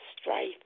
strife